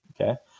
okay